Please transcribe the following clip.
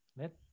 let